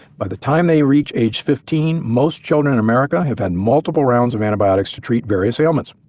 by the time they reach age fifteen, most children in america have had multiple rounds of antibiotics to treat various ailments.